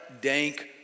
dank